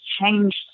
changed